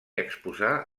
exposar